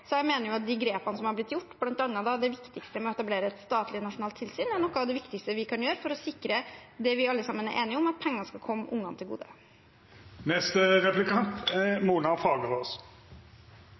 Jeg mener at de grepene som er blitt tatt – bl.a. var det viktig å etablere et statlig, nasjonalt tilsyn – er noe av det viktigste vi kan gjøre for å sikre det vi alle sammen er enige om, at pengene skal komme ungene til